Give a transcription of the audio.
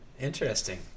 Interesting